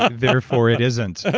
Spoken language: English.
ah therefore it isn't.